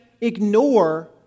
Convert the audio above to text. ignore